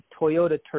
Toyota